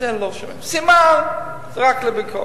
את זה לא שומעים, סימן זה רק לביקורת.